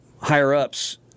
higher-ups